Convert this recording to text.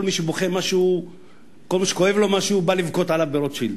כל מי שכואב לו משהו בא לבכות עליו ברוטשילד.